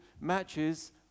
matches